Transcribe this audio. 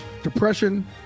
depression